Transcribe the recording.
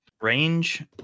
range